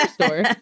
store